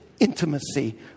Intimacy